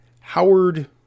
Howard